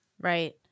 right